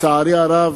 לצערי הרב,